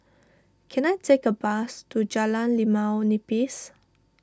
can I take a bus to Jalan Limau Nipis